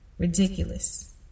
ridiculous